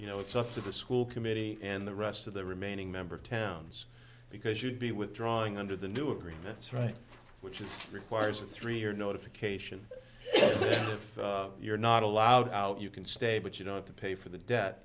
you know it's up to the school committee and the rest of the remaining member towns because you'd be withdrawing under the new agreements right which is requires a three year notification you're not allowed out you can stay but you know to pay for the debt